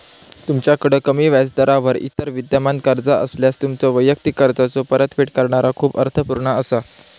तुमच्याकड कमी व्याजदरावर इतर विद्यमान कर्जा असल्यास, तुमच्यो वैयक्तिक कर्जाचो परतफेड करणा खूप अर्थपूर्ण असा